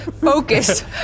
focus